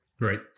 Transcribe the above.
Right